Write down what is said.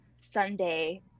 Sunday